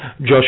Josh